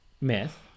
myth